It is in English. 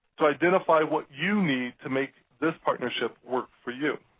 to identify what you need to make this partnership work for you.